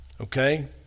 okay